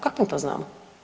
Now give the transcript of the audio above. Kako mi to znamo?